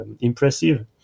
impressive